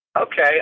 okay